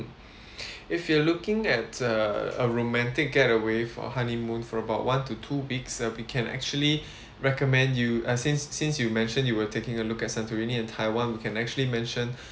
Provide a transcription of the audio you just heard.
if you are looking at err a romantic getaway for honeymoon for about one to two weeks uh we can actually recommend you uh since since you mentioned you will taking a look at santorini and taiwan we can actually mention